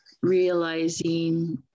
realizing